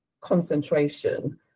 concentration